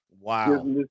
Wow